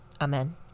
amen